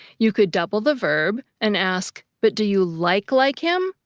you could double the verb and ask, but do you like-like him?